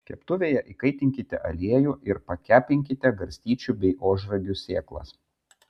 keptuvėje įkaitinkite aliejų ir pakepinkite garstyčių bei ožragių sėklas